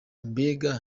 mbega